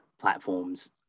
platforms